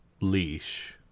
leash